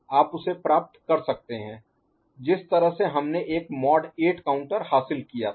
आप उसे प्राप्त कर सकते हैं जिस तरह से हमने एक मॉड 8 काउंटर हासिल किया था